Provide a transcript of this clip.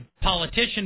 politician